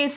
S